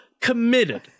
committed